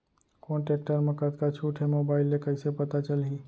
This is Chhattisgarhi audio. कोन टेकटर म कतका छूट हे, मोबाईल ले कइसे पता चलही?